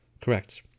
Correct